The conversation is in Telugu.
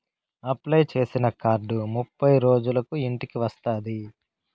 అప్లై చేసిన కార్డు ముప్పై రోజులకు ఇంటికి వస్తాది